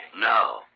No